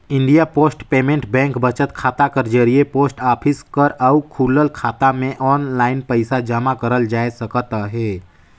India post payment bank बचत खाता कर जरिए पोस्ट ऑफिस कर अउ खुलल खाता में आनलाईन पइसा जमा करल जाए सकत अहे